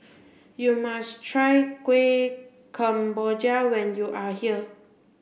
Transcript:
you must try Kueh Kemboja when you are here